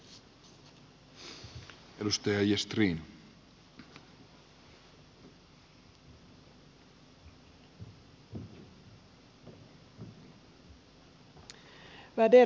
värderade talman